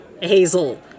Hazel